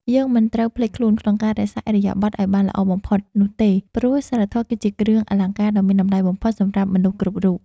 យើងមិនត្រូវភ្លេចខ្លួនក្នុងការរក្សាឥរិយាបថឱ្យបានល្អបំផុតនោះទេព្រោះសីលធម៌គឺជាគ្រឿងអលង្ការដ៏មានតម្លៃបំផុតសម្រាប់មនុស្សគ្រប់រូប។